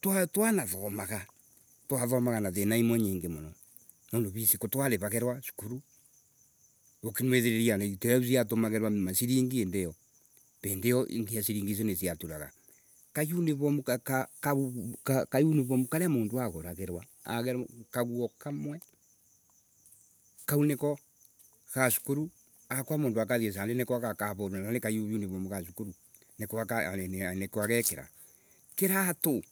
twa twanathomaya, twathomaya na thina imwe nyingi muno. Nundu vici ko twariragirwa sukulu. Niwithira iti matiatumagirwa maciringi indi iyo, mbi vindi iyo arindi icio niciaturaya. Ka uniformka uniform karia mundu aguragirwa, kaguo kamwe. Kau niko ya cukuru, akorwa mundu akathii candi miko gakarurwa na nika uniform ya cukuru niko kaagekira kiratu.